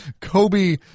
Kobe